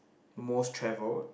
most travelled